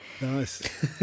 nice